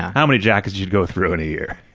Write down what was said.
how many jackets you'd go through in a year,